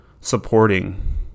supporting